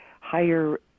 higher